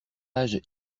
âge